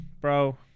Bro